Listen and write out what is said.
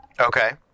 Okay